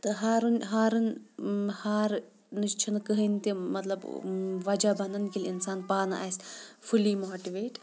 تہٕ ہارُن ہارٕن ہارنٕچ چھِنہٕ کٕہٕنۍ تہِ مطلب وَجہ بَنَن کہِ اِنسان پانہٕ آسہِ فُلی ماٹویٹ